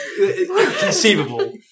conceivable